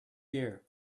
year